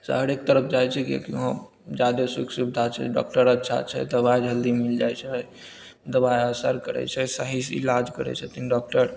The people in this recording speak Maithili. शहरेके तरफ जाइत छै किआकि वहाँ जादा सुख सुबिधा छै डॉक्टर अच्छा छै दबाइ जल्दी मिल जाइत छै दबाइ असर करैत छै सही से इलाज करैत छथिन डॉक्टर